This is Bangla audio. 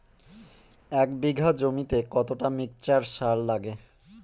এক বিঘা জমিতে কতটা মিক্সচার সার লাগে?